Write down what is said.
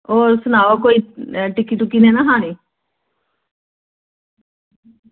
होर सनाओ कोई टिक्की टुक्की नि ना खानी